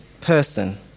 person